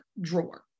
drawer